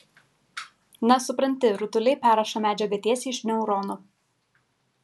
na supranti rutuliai perrašo medžiagą tiesiai iš neuronų